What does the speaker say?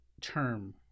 term